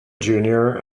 junior